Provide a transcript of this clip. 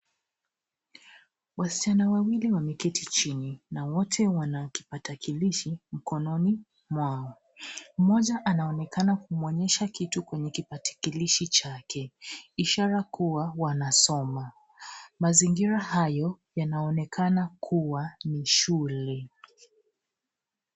Wasichana wawili wameketi chini, na wote wana kipakatalishi mkononi mwao. Mmoja anaonekana kumwonyesha kitu kwenye kipakatalishi chake. Ishara kua wanasoma. Mazingira hayo yanaonekana kua ni shule.